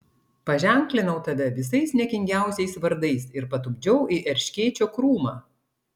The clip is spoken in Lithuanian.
paženklinau tave visais niekingiausiais vardais ir patupdžiau į erškėčio krūmą